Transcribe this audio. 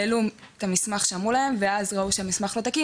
העלו את המסמך שאמרו להם ואז ראו שהמסמך לא תקין